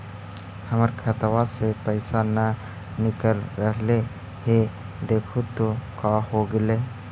हमर खतवा से पैसा न निकल रहले हे देखु तो का होगेले?